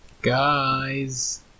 Guys